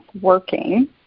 working